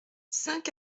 cinq